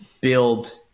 build